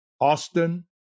Austin